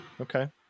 Okay